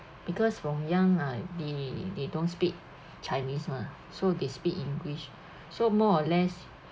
because from young ah they they don't speak chinese mah so they speak english so more or less